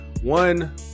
one